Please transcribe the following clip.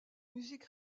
musique